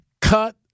cut